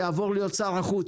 שיעבור להיות שר החוץ.